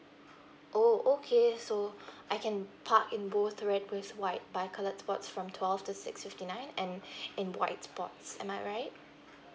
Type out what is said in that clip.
oh okay so I can park in both red with white bi coloured spots from twelve to six fifty nine and in white spots am I right